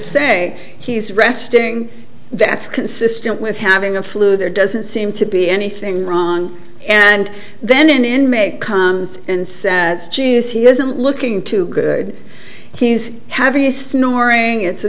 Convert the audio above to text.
say he's resting that's consistent with having a flu there doesn't seem to be anything wrong and then an inmate comes and juice he isn't looking too good he's having a snoring it's a